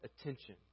attention